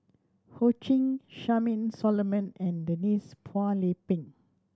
Ho Ching Charmaine Solomon and Denise Phua Lay Peng